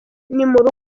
rugo